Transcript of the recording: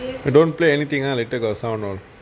eh don't play anything ah later got sound not